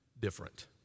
different